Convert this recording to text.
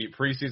preseason